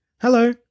Hello